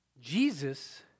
Jesus